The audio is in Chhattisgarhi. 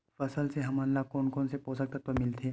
फसल से हमन ला कोन कोन से पोषक तत्व मिलथे?